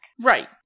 Right